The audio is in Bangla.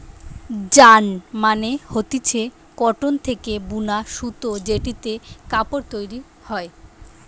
যার্ন মানে হতিছে কটন থেকে বুনা সুতো জেটিতে কাপড় তৈরী হয়